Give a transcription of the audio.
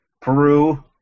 Peru